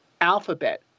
alphabet